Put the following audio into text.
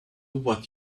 what